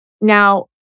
Now